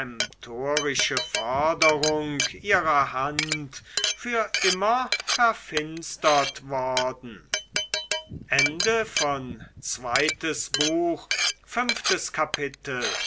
peremtorische forderung ihrer hand für immer verfinstert worden